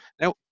Now